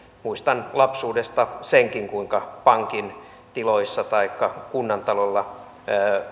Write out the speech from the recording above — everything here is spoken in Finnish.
muistan lapsuudesta senkin kuinka pankin tiloissa taikka kunnantalolla